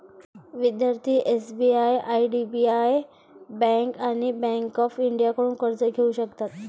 विद्यार्थी SBI IDBI bank आणि bank of इंडियाकडून कर्ज घेऊ शकतात